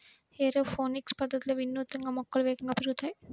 aeroponics పద్ధతిలో వినూత్నంగా మొక్కలు వేగంగా పెరుగుతాయి